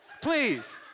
Please